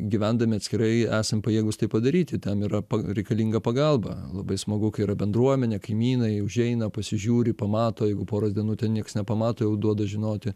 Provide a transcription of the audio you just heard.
gyvendami atskirai esam pajėgūs tai padaryti tam yra reikalinga pagalba labai smagu kai yra bendruomenė kaimynai užeina pasižiūri pamato jeigu poros dienų ten nieks nepamato jau duoda žinoti